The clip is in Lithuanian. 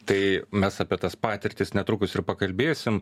tai mes apie tas patirtis netrukus ir pakalbėsim